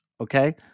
okay